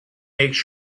makes